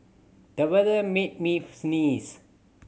the weather made me sneeze